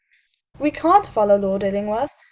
we can't follow lord illingworth.